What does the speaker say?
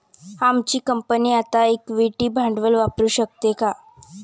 आमची कंपनी आता इक्विटी भांडवल वापरू शकते का?